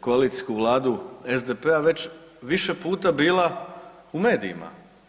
koalicijsku Vladu SDP-a već više puta bila u medijima.